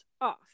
off